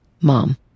mom